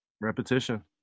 Repetition